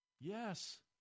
Yes